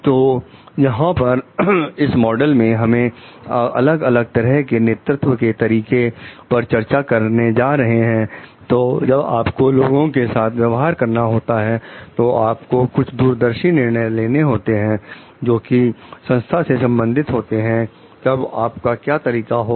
तो यहां पर इस मॉडल में हमें अलग अलग तरह के नेतृत्व के तरीकों पर चर्चा करने जा रहे हैं तो जब आपको लोगों के साथ व्यवहार करना होता है तो आपको कुछ दूरदर्शी निर्णय लेने होते हैं जो कि संस्था से संबंधित होते हैं तब आपका क्या तरीका होगा